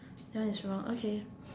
that one is wrong okay